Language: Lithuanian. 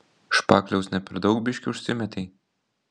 špakliaus ne per daug biškį užsimetei